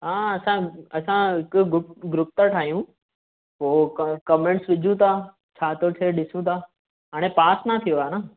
हा असां असां हिकु ग्रु ग्रुप था ठाहियूं पोइ क कमेंट्स विझूं था छा थो थिए ॾिसूं था हाणे पास न थियो आहे न